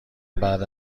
بعد